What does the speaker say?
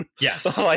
yes